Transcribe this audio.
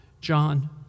John